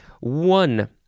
One